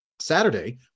Saturday